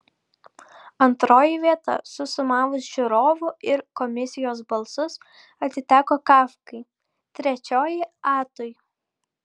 antroji vieta susumavus žiūrovų ir komisijos balsus atiteko kafkai trečioji atui